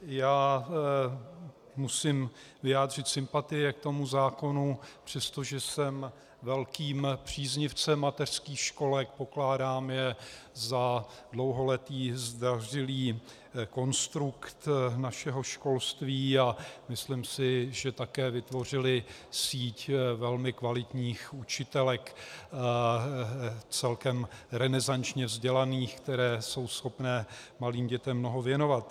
Já musím vyjádřit sympatie k tomu zákonu, přestože jsem velkým příznivcem mateřských školek, pokládám je za dlouholetý zdařilý konstrukt našeho školství a myslím si, že také vytvořily síť velmi kvalitních učitelek, celkem renesančně vzdělaných, které jsou schopné malým dětem mnoho věnovat.